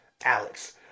Alex